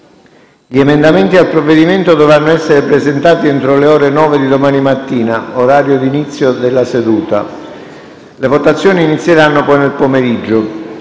gli emendamenti al provvedimento dovranno essere presentati entro le ore 9 di domani mattina (orario di inizio della seduta). Le votazioni inizieranno nel pomeriggio.